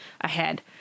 ahead